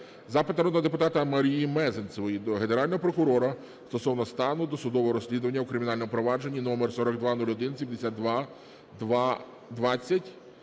Запит народного депутата Марії Мезенцевої до Генерального прокурора України стосовно стану досудового розслідування у кримінальному провадженні №42017220000000204